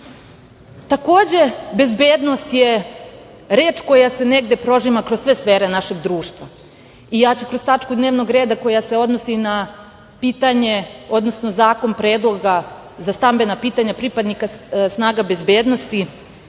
bezbednost je reč koja se negde prožima kroz sve sfere našeg društva. Ja ću kroz tačku dnevno reda koja se odnosi na pitanje, odnosno Predlog zakona za stambena pitanja pripadnika bezbednosti